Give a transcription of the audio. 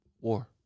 war